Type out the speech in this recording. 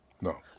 No